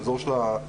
באזור של הקטינים,